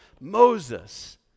Moses